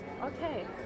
Okay